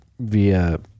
via